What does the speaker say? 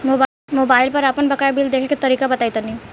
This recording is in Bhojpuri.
मोबाइल पर आपन बाकाया बिल देखे के तरीका बताईं तनि?